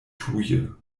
tuje